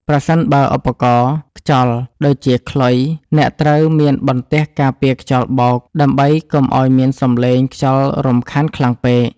ប្រសិនបើប្រើឧបករណ៍ខ្យល់ដូចជាខ្លុយ អ្នកត្រូវមានបន្ទះការពារខ្យល់បោក ដើម្បីកុំឱ្យមានសំឡេងខ្យល់រំខានខ្លាំងពេក។